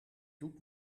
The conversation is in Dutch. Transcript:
doet